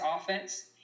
offense